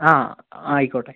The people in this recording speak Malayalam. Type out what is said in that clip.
ആ ആയിക്കോട്ടെ